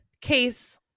case